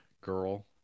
girl